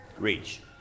reach